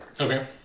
Okay